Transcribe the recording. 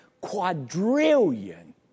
quadrillion